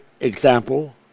example